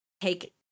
take